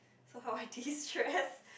so how I de-stress